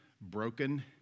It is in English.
broken